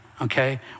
okay